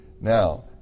Now